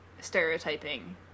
stereotyping